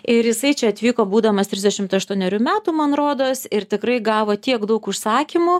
ir jisai čia atvyko būdamas trisdešimt aštuonerių metų man rodos ir tikrai gavo tiek daug užsakymų